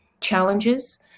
challenges